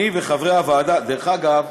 דרך אגב,